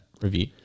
review